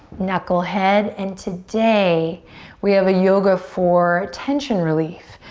knucklehead, and today we have a yoga for tension relief.